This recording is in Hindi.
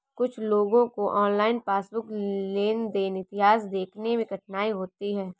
कुछ लोगों को ऑनलाइन पासबुक लेनदेन इतिहास देखने में कठिनाई होती हैं